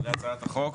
להצעת החוק.